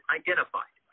identified